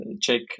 check